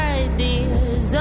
ideas